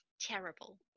terrible